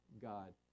God